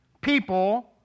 people